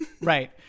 Right